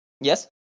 Yes